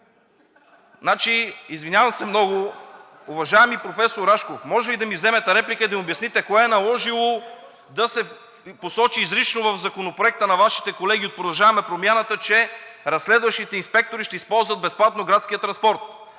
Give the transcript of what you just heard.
извинявам се много! Уважаеми професор Рашков, може ли да ми вземете реплика и да ми обясните кое е наложило да се посочи изрично в Законопроекта на Вашите колеги от „Продължаваме Промяната“, че разследващите инспектори ще използват безплатно градския транспорт?